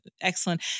excellent